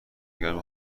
گرم